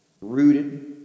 rooted